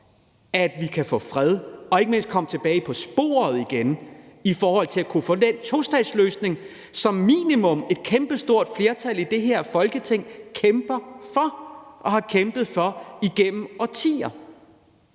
at vi kan få fred og ikke mindst komme tilbage på sporet igen i forhold til at kunne få den tostatsløsning, et kæmpestort flertal i det her Folketing kæmper for og har kæmpet for igennem årtier,